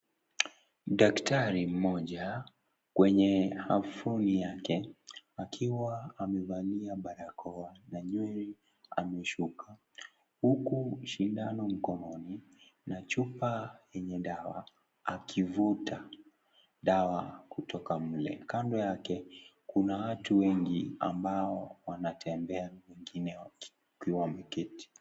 Daktari mmoja kwenye aproni yake akiwa amevalia barakoa na nywele amesuka huku sindano mkononi na chupa yenye dawa akivuta dawa kutoka mle. Kando yake kuna watu wengi ambao wanatembea na wengine wakiwa wameketi.